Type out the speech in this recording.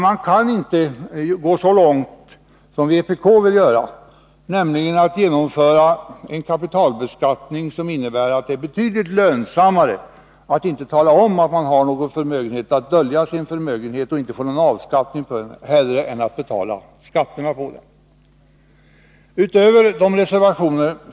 Man kan inte gå så långt som vpk vill, nämligen att införa en kapitalbeskattning som innebär att det blir betydligt lönsammare att dölja sin förmögenhet och inte få någon avkastning på den än att betala förmögenhetsskatt.